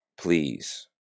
please